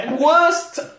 worst